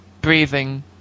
breathing